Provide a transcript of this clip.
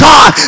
God